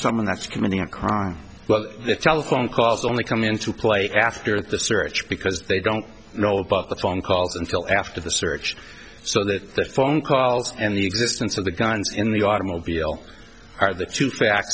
someone that's committing a crime well the telephone calls only come into play after the search because they don't know about the phone calls until after the search so that the phone calls and the existence of the guns in the automobile are the two fact